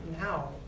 now